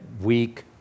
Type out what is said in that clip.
week